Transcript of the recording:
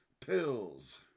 Pills